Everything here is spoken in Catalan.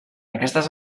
aquestes